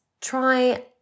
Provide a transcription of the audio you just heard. try